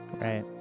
right